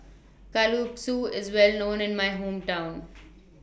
Kalguksu IS Well known in My Hometown